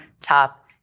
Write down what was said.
top